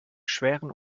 schweren